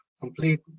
complete